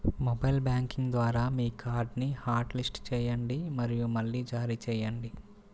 mobile banking ద్వారా మీ కార్డ్ని హాట్లిస్ట్ చేయండి మరియు మళ్లీ జారీ చేయండి